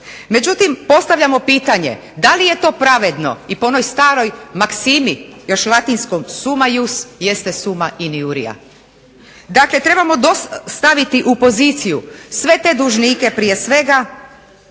Međutim, postavljamo pitanje da li je to pravedno i po onoj staroj maksimi još latinskom summum ius jeste summa iniuria. Dakle trebamo staviti u poziciju sve te dužnike prije svega